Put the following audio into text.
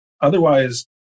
Otherwise